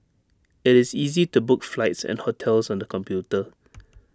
IT is easy to book flights and hotels on the computer